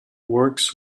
works